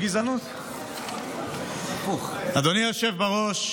בקואליציה בעבר,